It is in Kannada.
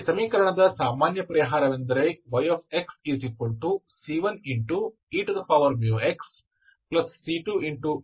ಈ ಸಮೀಕರಣದ ಸಾಮಾನ್ಯ ಪರಿಹಾರವೆಂದರೆ yxc1eμxc2e μx